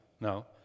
No